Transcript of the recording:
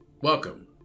Welcome